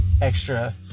extra